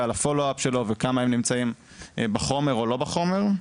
על המחקר שלו וכמה הם נמצאים בחומר או לא בחומר.